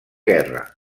guerra